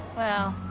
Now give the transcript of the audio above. well,